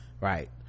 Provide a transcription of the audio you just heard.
right